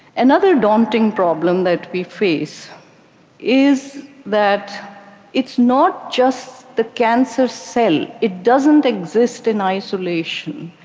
another daunting problem that we face is that it's not just the cancer cell, it doesn't exist in isolation.